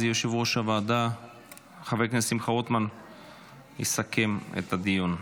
יושב-ראש הוועדה חבר הכנסת שמחה רוטמן יסכם את הדיון.